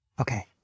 Okay